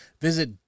visit